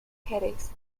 headaches